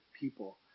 people